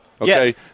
Okay